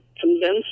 convinced